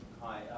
Hi